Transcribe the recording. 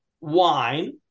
wine